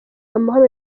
amahoro